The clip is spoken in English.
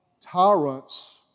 tyrants